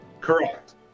correct